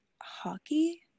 hockey